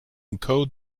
encode